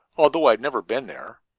although i've never been there.